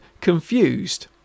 confused